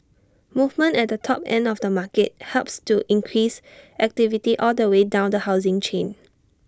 movement at the top end of the market helps to increase activity all the way down the housing chain